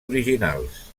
originals